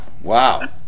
Wow